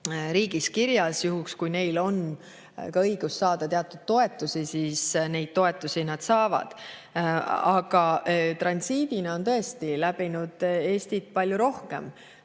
riigis kirjas. Juhul, kui neil on õigus saada teatud toetusi, siis neid toetusi nad saavad. Aga transiidina on tõesti läbinud Eestit palju rohkem